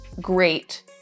great